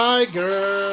Tiger